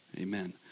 Amen